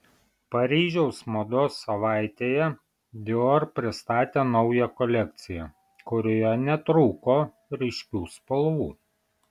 paryžiaus mados savaitėje dior pristatė naują kolekciją kurioje netrūko ryškių spalvų